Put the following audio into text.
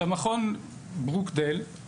מכון ׳ברוקדייל׳,